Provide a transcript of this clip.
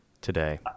today